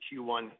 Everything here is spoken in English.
Q1